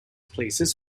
places